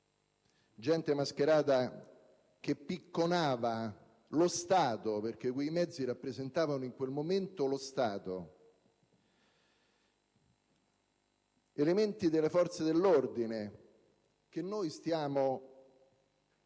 gente mascherata che picconava lo Stato (perché quei mezzi rappresentavano in quel momento lo Stato) e di elementi delle forze dell'ordine che cercavano